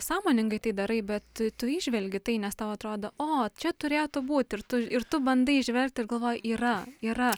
sąmoningai tai darai bet tu įžvelgi tai nes tau atrodo o čia turėtų būt ir tu ir tu bandai įžvelgt ir galvoji yra yra